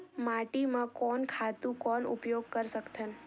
माटी म कोन खातु कौन उपयोग कर सकथन?